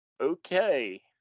Okay